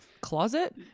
closet